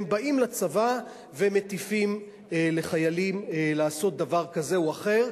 הם באים לצבא ומטיפים לחיילים לעשות דבר כזה או אחר,